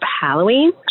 Halloween